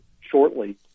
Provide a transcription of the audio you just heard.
shortly